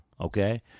okay